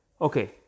Okay